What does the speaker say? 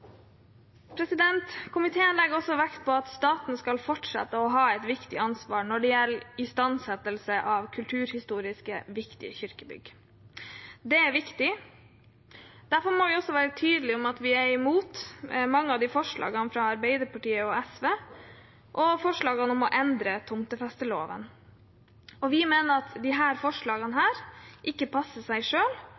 Komiteen legger også vekt på at staten skal fortsette å ha et viktig ansvar når det gjelder istandsettelse av kulturhistorisk viktige kirkebygg. Det er viktig. Derfor må vi også være tydelige på at vi er imot mange av forslagene fra Arbeiderpartiet og SV om å endre tomtefesteloven. Vi mener disse forslagene ikke passer seg her, og at Stortinget allerede har behandlet dem, meg bekjent, og avvist forslagene.